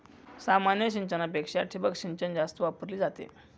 सामान्य सिंचनापेक्षा ठिबक सिंचन जास्त वापरली जाते